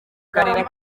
karere